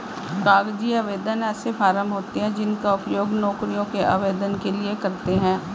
कागजी आवेदन ऐसे फॉर्म होते हैं जिनका उपयोग नौकरियों के आवेदन के लिए करते हैं